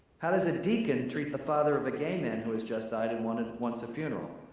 how does a deacon treat the father of a gay man who has just died and wants wants a funeral?